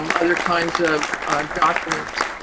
um other kinds of documents.